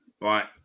right